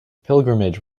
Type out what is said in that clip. pilgrimage